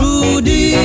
Rudy